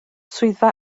swyddfa